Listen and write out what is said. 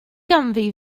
ganddi